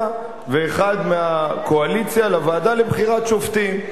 ואחד מהקואליציה לוועדה לבחירת שופטים.